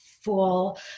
full